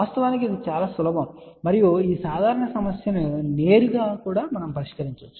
వాస్తవానికి ఇది చాలా సులభం మరియు ఈ సాధారణ సమస్యను నేరుగా కూడా పరిష్కరించవచ్చు